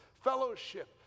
fellowship